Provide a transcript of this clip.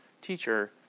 teacher